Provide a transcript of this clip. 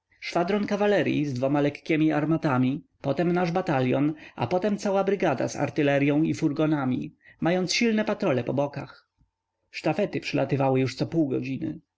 szwadron kawaleryi z dwoma lekkiemi armatami potem nasz batalion a potem cała brygada z artyleryą i furgonami mając silne patrole po bokach sztafety przylatywały już co pół godziny